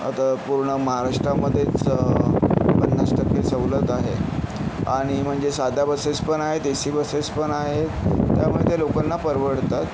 आता पूर्ण महाराष्ट्रमध्येच पन्नास टक्के सवलत आहे आणि म्हणजे साध्या बसेस पण आहे ए सी बसेस पण आहेत त्यामुळे ते लोकांना परवडतात